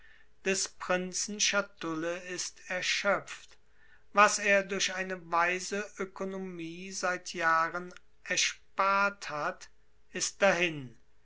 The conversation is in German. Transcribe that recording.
des prinzen schatulle ist erschöpft was er durch eine weise ökonomie seit jahren erspart hat ist dahin